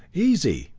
easy!